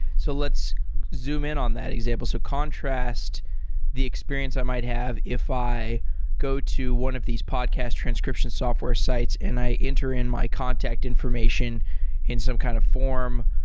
so let's zoom in on that example. so contrast the experience i might have if i go to one of these podcast transcription software sites and i enter in my contact information in some kind of form,